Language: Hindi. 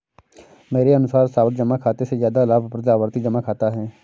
मेरे अनुसार सावधि जमा खाते से ज्यादा लाभप्रद आवर्ती जमा खाता है